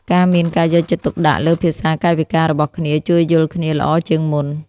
ការមានការយកចិត្តទុកដាក់លើភាសាកាយវិការរបស់គ្នាជួយយល់គ្នាល្អជាងមុន។